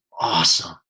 awesome